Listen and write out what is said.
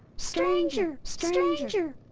stranger! stranger!